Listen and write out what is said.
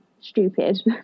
stupid